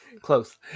Close